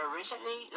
recently